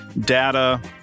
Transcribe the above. data